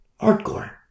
Hardcore